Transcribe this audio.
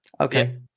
okay